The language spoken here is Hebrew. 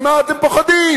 ממה אתם פוחדים?